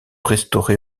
restauré